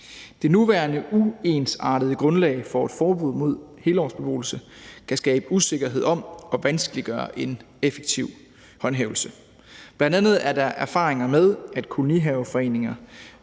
Det nuværende uensartede grundlag for et forbud mod helårsbeboelse kan skabe usikkerhed om og vanskeliggøre en effektiv håndhævelse. Bl.a. er der erfaringer med, at kolonihaveforeninger